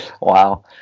Wow